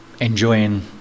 enjoying